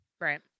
Right